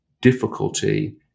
difficulty